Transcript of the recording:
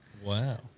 Wow